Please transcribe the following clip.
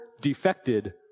defected